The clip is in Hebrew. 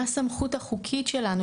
מה הסמכות החוקית שלנו,